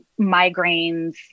migraines